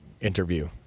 interview